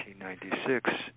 1996